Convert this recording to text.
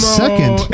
second